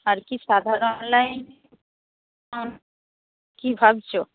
আর কি সাধারণ লাইনে কী ভাবছ